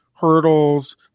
hurdles